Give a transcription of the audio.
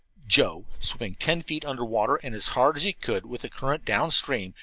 joe, swimming ten feet under water, and as hard as he could with the current down stream,